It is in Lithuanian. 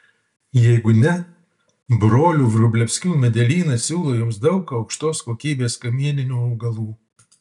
jeigu ne brolių vrublevskių medelynas siūlo jums daug aukštos kokybės kamieninių augalų